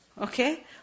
Okay